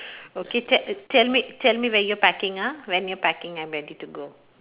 okay te~ tell me tell me when you're packing ah when you're packing and ready to go